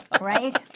right